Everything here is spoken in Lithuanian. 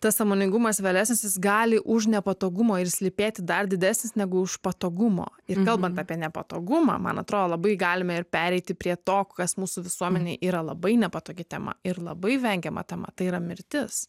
tas sąmoningumas vėlesnis jis gali už nepatogumo ir slypėti dar didesnis negu už patogumo ir kalbant apie nepatogumą man atrodo labai galime ir pereiti prie to kas mūsų visuomenėj yra labai nepatogi tema ir labai vengiama tema tai yra mirtis